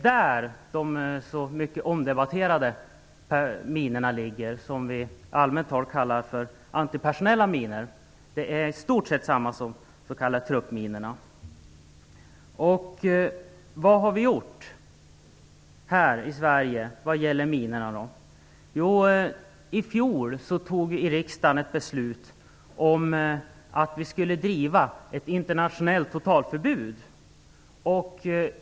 De mycket omdebatterade minor vi i allmänt tal kallar för antipersonella minor är i stort sett samma minor som de s.k. truppminorna. Vad har vi gjort här i Sverige vad gäller minorna? I fjol fattade vi i riksdagen ett beslut om att vi skulle driva frågan om ett internationellt totalförbud.